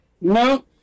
no